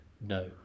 no